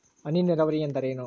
ಹನಿ ನೇರಾವರಿ ಎಂದರೇನು?